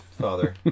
father